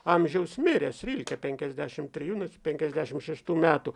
amžiaus miręs rilkė penkiasdešimt trijų nu penkiasdešimt šeštų metų